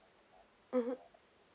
mmhmm